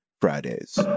fridays